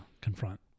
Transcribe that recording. confront